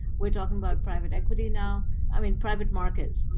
we're talking about private equity now i mean private markets.